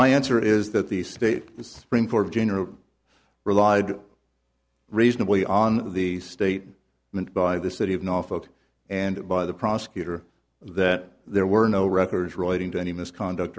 my answer is that the state does bring forth general relied reasonably on the state meant by the city of najaf ok and by the prosecutor that there were no records relating to any misconduct